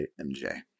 mj